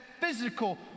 physical